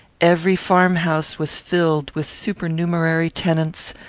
every farm-house was filled with supernumerary tenants,